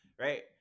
right